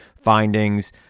findings